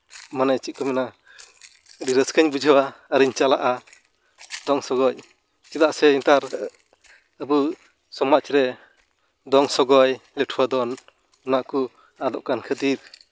ᱢᱟᱱᱮ ᱪᱮᱫ ᱠᱚ ᱢᱮᱱᱟ ᱟᱹᱰᱤ ᱨᱟᱹᱥᱠᱟᱹᱧ ᱵᱩᱡᱷᱟᱹᱣᱟ ᱟᱨᱤᱧ ᱪᱟᱞᱟᱜᱼᱟ ᱫᱚᱝ ᱥᱚᱜᱚᱭ ᱪᱮᱫᱟᱜ ᱥᱮ ᱱᱮᱛᱟᱨ ᱟᱵᱚ ᱥᱚᱢᱟᱡ ᱨᱮ ᱫᱚᱝ ᱥᱚᱜᱚᱭ ᱱᱟᱹᱴᱷᱩᱣᱟᱹ ᱫᱚᱱ ᱚᱱᱟ ᱠᱚ ᱟᱫᱚᱜ ᱠᱟᱱ ᱠᱷᱟᱹᱛᱤᱨ